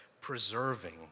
preserving